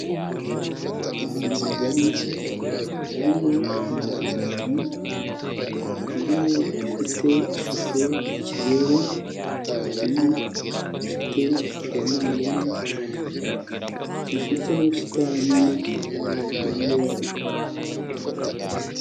Ahantu hagari harimo inzu ebyiri imwe ifite ishusho y'ikizeru indi ifite ishusho ya mande enye zifite n'ubusitani impande yazo.